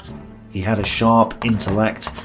he had a sharp intellect,